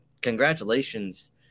Congratulations